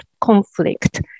conflict